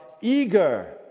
eager